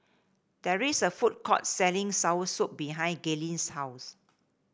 there is a food court selling soursop behind Gaylene's house